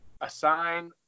assign